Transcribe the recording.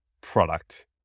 product